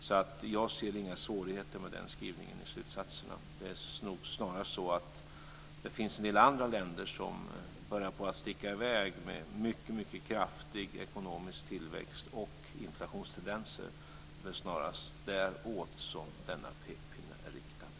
Jag ser alltså inga svårigheter med skrivningen i slutsatserna. Det är nog snarare så att en del andra länder börjar sticka i väg med en mycket kraftig ekonomisk tillväxt och inflationstendenser. Det är snarast däråt som denna pekpinne är riktad.